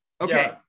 Okay